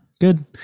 good